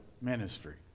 ministry